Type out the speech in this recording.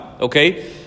okay